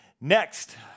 Next